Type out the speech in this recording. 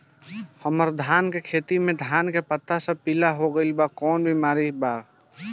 हमर धान के खेती में धान के पता सब पीला हो गेल बा कवनों बिमारी बा का?